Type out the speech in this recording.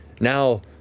Now